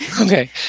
Okay